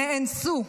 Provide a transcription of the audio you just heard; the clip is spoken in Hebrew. נאנסו,